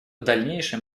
дальнейшем